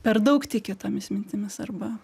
per daug tiki tomis mintimis arba